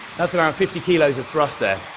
that's around fifty kilos of thrust there.